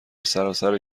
سراسر